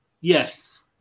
Yes